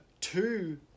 two